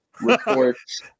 reports